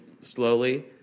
slowly